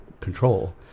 control